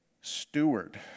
Steward